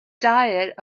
diet